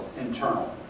internal